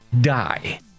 die